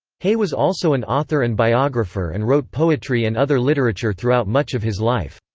hay was also an author and biographer and wrote poetry and other literature throughout much of his life.